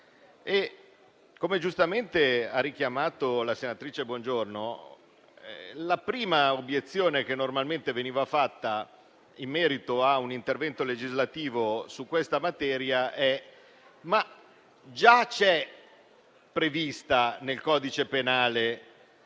Come giustamente ha richiamato la senatrice Bongiorno, la prima obiezione che normalmente veniva fatta in merito ad un intervento legislativo su questa materia era data dal fatto che già vi fosse nel codice penale